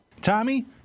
Tommy